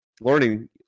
learning